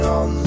on